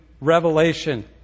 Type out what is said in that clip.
revelation